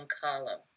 column